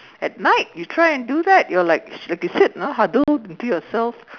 at night you try and do that you are like like you said ah huddled into yourself